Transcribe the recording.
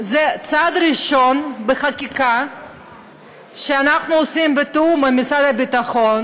זה צעד ראשון בחקיקה שאנחנו עושים בתיאום עם משרד הביטחון,